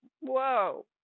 Whoa